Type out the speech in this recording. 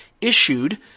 issued